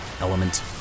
element